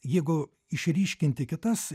jeigu išryškinti kitas